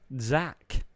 Zach